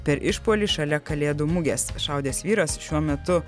per išpuolį šalia kalėdų mugės šaudęs vyras šiuo metu